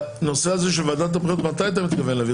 הנושא הזה של ועדת הבחירות, מתי אתה מתכוון להביא?